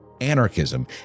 anarchism